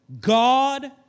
God